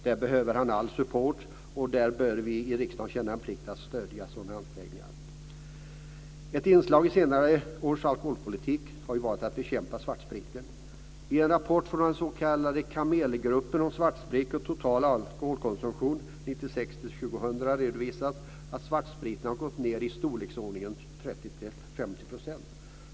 Där behöver han all support, och vi i riksdagen bör känna en plikt att stödja sådana ansträngningar. Ett inslag i senare års alkoholpolitik har ju varit att bekämpa svartspriten. I en rapport från den s.k. KAMEL-gruppen om svartsprit och total alkoholkonsumtion 1996-2000 redovisas att svartspriten har gått ner med 30-50 %.